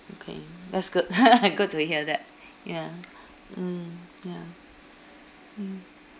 okay that's good good to hear that ya mm ya mm